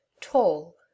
tall